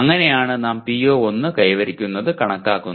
അങ്ങനെയാണ് നാം PO1 കൈവരിക്കുന്നത് കണക്കാക്കുന്നത്